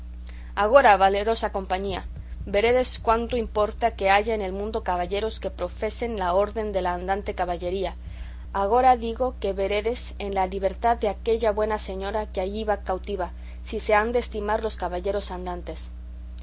agora valerosa compañía veredes cuánto importa que haya en el mundo caballeros que profesen la orden de la andante caballería agora digo que veredes en la libertad de aquella buena señora que allí va cautiva si se han de estimar los caballeros andantes